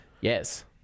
Yes